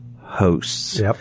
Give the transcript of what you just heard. hosts